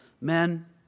Men